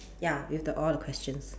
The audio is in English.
ya with the all the questions